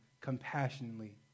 compassionately